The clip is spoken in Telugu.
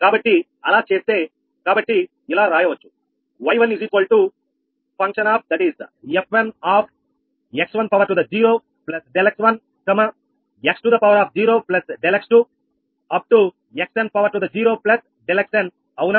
కాబట్టి అలా చేస్తే కాబట్టి ఇలా రాయవచ్చు y1 𝑓1x1 ∆x1 x2 ∆x2 upto xn ∆xn అవునా